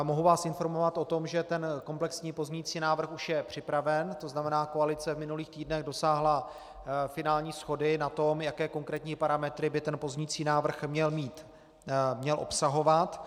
Mohu vás informovat o tom, že komplexní pozměňující návrh už je připraven, to znamená koalice v minulých týdnech dosáhla finální shody na tom, jaké konkrétní parametry by ten pozměňující návrh měl mít, měl obsahovat.